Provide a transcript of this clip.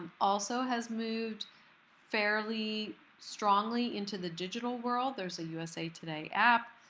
also has moved fairly strongly into the digital world. there's a usa today app,